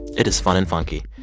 it is fun and funky.